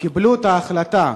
קיבלו את ההחלטה